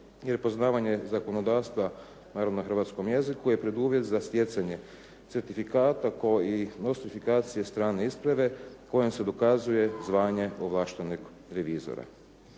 jer poznavanje zakonodavstvo naravno na hrvatskom jeziku je preduvjet za stjecanje certifikata kao i nostrifikacije strane isprave kojom se dokazuje zvanje ovlaštenog revizora.